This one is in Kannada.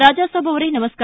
ರಾಜಾಸಾಬ್ ಅವರೇ ನಮಸ್ಕಾರ